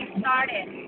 started